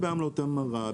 בעמלות המרה,